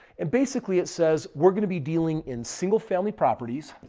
and basically it says, we're going to be dealing in single-family properties.